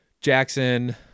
jackson